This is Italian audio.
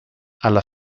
alla